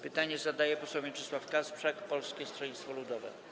Pytanie zadaje poseł Mieczysław Kasprzak, Polskie Stronnictwo Ludowe.